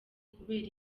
kubera